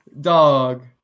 Dog